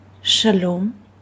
shalom